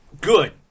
Good